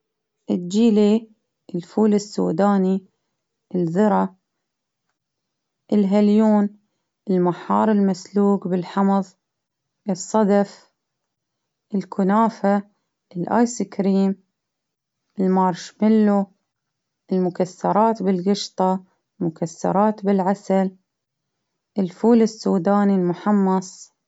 الجيلي ، الفول السوداني ،الذرة ،الهيليون، المحار المسلوق بالحمص، الصدف ،الكنافة، الأيس كريم، المارشميلو، المكسرات بالقشطة، مكسرات بالعسل، الفول السوداني المحمص.